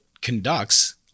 conducts